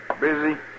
busy